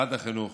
משרד החינוך